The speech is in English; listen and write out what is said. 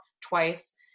twice